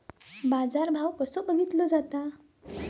बाजार भाव कसो बघीतलो जाता?